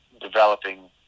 developing